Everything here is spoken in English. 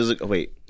Wait